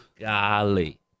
Golly